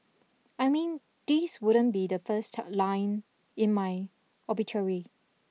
I mean this wouldn't be the first line in my obituary